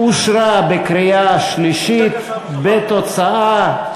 אושרה בקריאה שלישית בתוצאה: